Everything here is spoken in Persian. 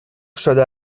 شده